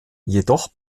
jedoch